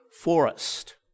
forest